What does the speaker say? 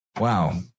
Wow